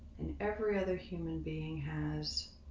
an every other human being has.